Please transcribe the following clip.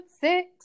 six